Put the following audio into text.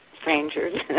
strangers